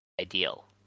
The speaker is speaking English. ideal